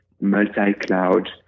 multi-cloud